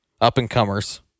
up-and-comers